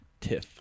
tiff